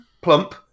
Plump